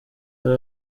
hari